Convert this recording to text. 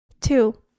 Two